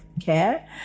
care